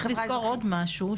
כן אבל צריך לזכור עוד משהו,